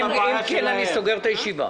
אם כן, אני סוגר את הישיבה.